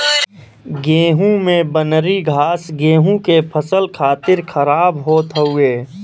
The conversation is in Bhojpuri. गेंहू में बनरी घास गेंहू के फसल खातिर खराब होत हउवे